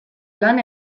lan